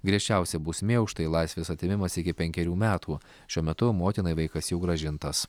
griežčiausia bausmė už tai laisvės atėmimas iki penkerių metų šiuo metu motinai vaikas jau grąžintas